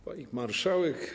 Pani Marszałek!